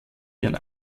ihren